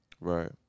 Right